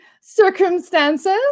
circumstances